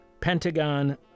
Pentagon